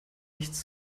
nichts